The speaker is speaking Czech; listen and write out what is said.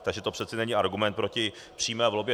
Takže to přece není argument proti přímé volbě.